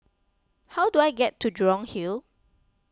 how do I get to Jurong Hill